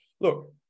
look